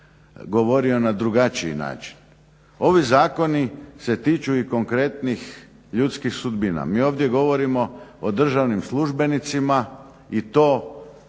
govorio na drugačiji način. Ovi zakoni se tiču i konkretnih ljudskih sudbina. Mi ovdje govorimo o državnim službenicima i to